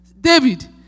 David